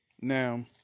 Now